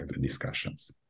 discussions